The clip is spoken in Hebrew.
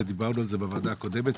ודיברנו על זה בוועדה הקודמת,